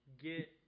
get